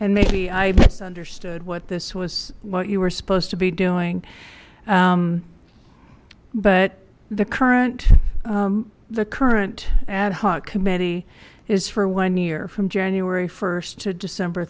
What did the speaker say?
and maybe i understood what this was what you were supposed to be doing but the current the current ad hoc committee is for one year from january first to december